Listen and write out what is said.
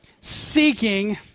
seeking